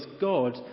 God